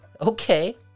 okay